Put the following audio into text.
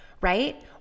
right